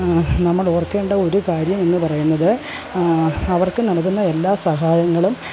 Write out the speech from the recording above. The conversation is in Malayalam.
നമ്മൾ ഓർക്കേണ്ട ഒരു കാര്യം എന്ന് പറയുന്നത് അവർക്കു നൽകുന്ന എല്ലാ സഹായങ്ങളും